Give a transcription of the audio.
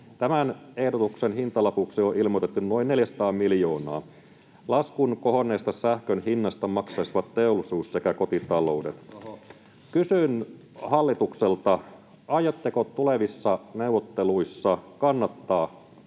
Tämän ehdotuksen hintalapuksi on ilmoitettu noin 400 miljoonaa. Laskun kohonneesta sähkön hinnasta maksaisivat teollisuus sekä kotitaloudet. Kysyn hallitukselta: aiotteko tulevissa neuvotteluissa kannattaa